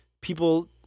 people –